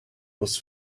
was